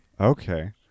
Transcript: Okay